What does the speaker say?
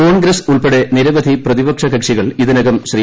കോൺഗ്രസ് ഉൾപ്പെടെ നിരവധി പ്രതിപക്ഷകക്ഷികൾ ഇതിനകം ശ്രീ